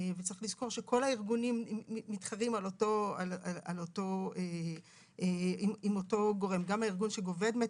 צריך לזכור שכל הארגונים מתחרים עם אותו גורם: גם הארגון שגובה דמי